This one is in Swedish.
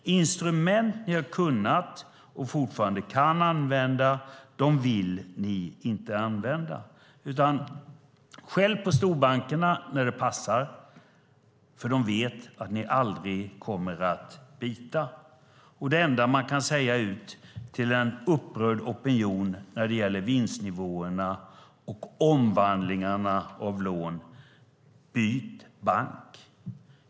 Instrument ni har kunnat och fortfarande kan använda vill ni inte använda. Ni skäller på storbankerna när det passar, för de vet att ni aldrig kommer att bita. Det enda man kan säga till en upprörd opinion när det gäller vinstnivåerna och omvandlingarna av lån är: Byt bank!